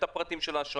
את הפרטים של האשראי.